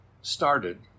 started